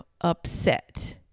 upset